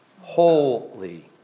Holy